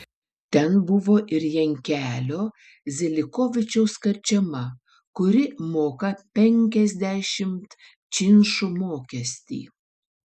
ten buvo ir jankelio zelikovičiaus karčema kuri moka penkiasdešimt činšų mokestį